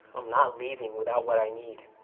i'm not leaving without what i need.